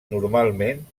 normalment